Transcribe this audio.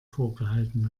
vorgehalten